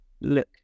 look